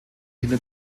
hinter